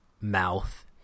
mouth